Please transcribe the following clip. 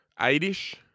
eight-ish